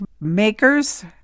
makers